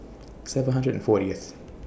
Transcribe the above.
seven hundred and fortieth